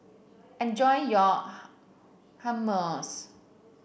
enjoy your Hummus